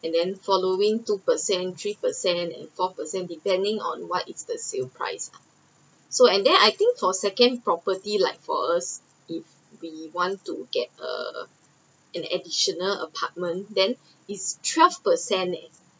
and then following two percent three percent and four percent depending on what is the sales price lah so and then I think for second property like for us if we want to get uh an additional apartment then is twelve percent leh